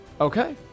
Okay